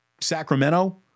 Sacramento